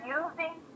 using